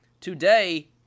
Today